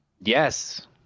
yes